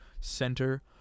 center